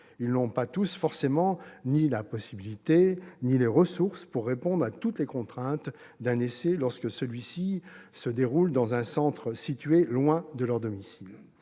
ils n'ont pas forcément la possibilité ou les ressources pour répondre à toutes les contraintes d'un essai lorsque celui-ci se déroule dans un centre situé loin de leur domicile.